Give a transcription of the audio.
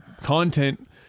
content